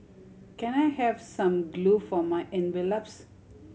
can I have some glue for my envelopes